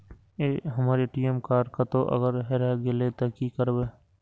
हमर ATM card कतहो अगर हेराय गले ते की करबे?